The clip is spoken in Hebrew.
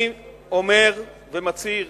אני אומר ומצהיר